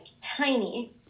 tiny